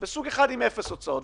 סוג אחר עם אפס הוצאות.